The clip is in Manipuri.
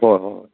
ꯍꯣꯏ ꯍꯣꯏ